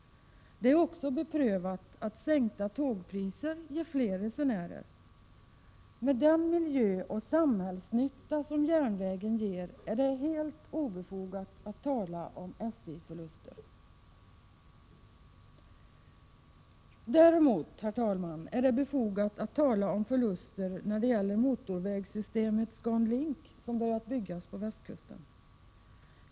Det är också bevisat att en sänkning av tågpriserna ger fler resenärer. Med tanke på den nytta för miljön och samhället som järnvägen gör är det helt obefogat att tala om SJ-förluster. Däremot, herr talman, är det befogat att tala om förluster när det gäller motorvägssystemet ScanLink som börjat byggas på västkusten.